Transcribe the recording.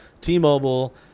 t-mobile